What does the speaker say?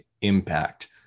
impact